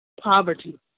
Poverty